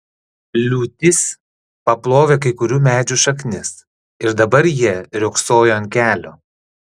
liūtis paplovė kai kurių medžių šaknis ir dabar jie riogsojo ant kelio